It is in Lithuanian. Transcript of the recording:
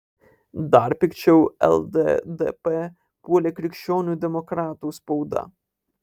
dar pikčiau lddp puolė krikščionių demokratų spauda